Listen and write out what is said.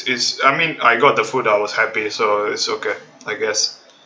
is I mean I got the food I was happy so it's okay I guess